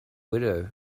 widow